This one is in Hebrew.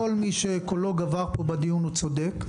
לא כל מי שקולו גבר פה בדיון צודק,